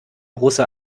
russe